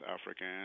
African